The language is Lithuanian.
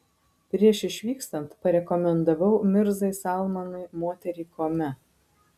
prieš išvykstant parekomendavau mirzai salmanui moterį kome